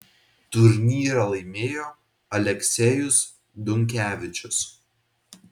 turnyrą laimėjo aleksejus dunkevičius